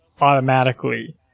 automatically